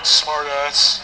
smartass